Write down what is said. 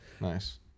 Nice